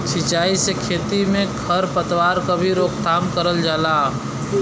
सिंचाई से खेती में खर पतवार क भी रोकथाम करल जाला